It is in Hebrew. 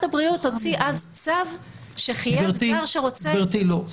הוציא אז צו שחייב אדם שרוצה --- גברתי, לא.